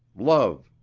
love,